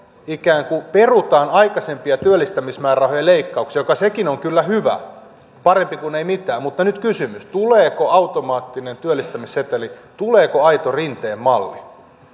ikään kuin perutaan aikaisempia työllistämismäärärahojen leikkauksia mikä sekin on kyllä hyvä parempi kuin ei mitään mutta nyt kysymys tuleeko automaattinen työllistämisseteli tuleeko aito rinteen malli